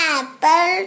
apple